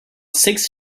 six